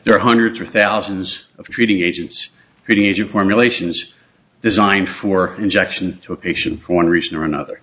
there are hundreds or thousands of treating agents reading age of formulations designed for injection to a patient for one reason or another